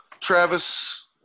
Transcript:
Travis